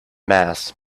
mass